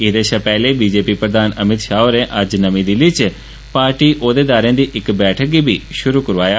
एह्दे शा पैहले बीजेपी प्रधान अमित शाह होरें नमीं दिल्ली च पार्टी औह्देदारें दी बैठक गी बी शुरू करोआया